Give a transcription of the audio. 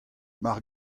mar